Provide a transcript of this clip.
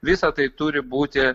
visa tai turi būti